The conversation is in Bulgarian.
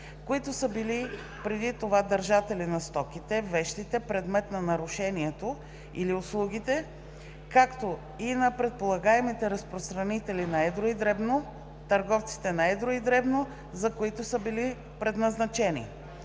които са били преди това държатели на стоките, вещите, предмет на нарушението или услугите, както и на предполагаемите разпространители на едро и дребно търговците на едро и на дребно, за които са били предназначени;